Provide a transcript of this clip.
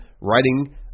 writing